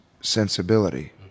sensibility